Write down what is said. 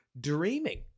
dreaming